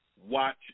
watch